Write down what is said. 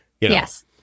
Yes